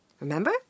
remember